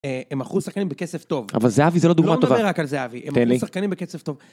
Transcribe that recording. הם אחוז שחקנים בכסף טוב, אבל זהבי זה לא דוגמה טובה, לא מדבר רק על זהבי, הם אחוז שחקנים בכסף טוב.